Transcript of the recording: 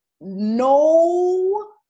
no